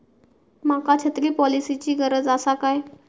माका छत्री पॉलिसिची गरज आसा काय?